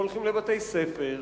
והולכים לבתי-ספר,